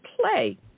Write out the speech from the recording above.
play